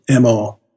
MO